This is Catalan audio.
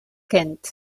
kent